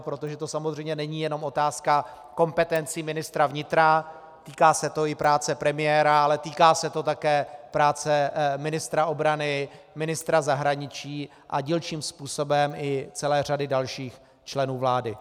Protože to samozřejmě není jenom otázka kompetencí ministra vnitra, týká se to i práce premiéra, ale týká se to také práce ministra obrany, ministra zahraničí a dílčím způsobem i celé řady dalších členů vlády.